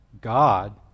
God